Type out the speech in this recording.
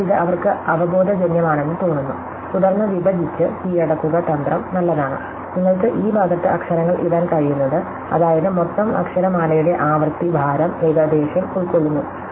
അതിനാൽ ഇത് അവർക്ക് അവബോധജന്യമാണെന്ന് തോന്നുന്നു തുടർന്ന് വിഭജിച്ച് കീഴടക്കുക തന്ത്രം നല്ലതാണ് നിങ്ങൾക്ക് ഈ ഭാഗത്ത് അക്ഷരങ്ങൾ ഇടാൻ കഴിയുന്നത് അതായത് മൊത്തം അക്ഷരമാലയുടെ ആവൃത്തി ഭാരം ഏകദേശം ഉൾക്കൊള്ളുന്നു